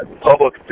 public